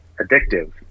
addictive